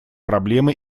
проблемы